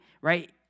right